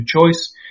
choice